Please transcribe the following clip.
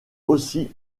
aussi